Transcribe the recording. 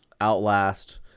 Outlast